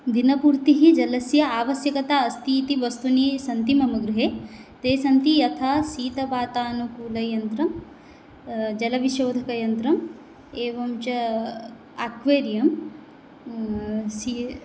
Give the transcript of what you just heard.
दिनपूर्तिः जलस्य आवश्यकता अस्ति इति वस्तूनि सन्ति मम गृहे ते सन्ति यथा शीतवातानुकूलयन्त्रं जलविशोधकयन्त्रम् एवं च अक्वेरियम् सी